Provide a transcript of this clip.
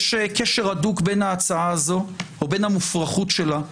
יש קשר הדוק בין המופרכות של ההצעה